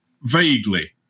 vaguely